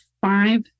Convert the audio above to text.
five